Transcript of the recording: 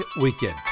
weekend